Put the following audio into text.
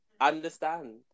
understand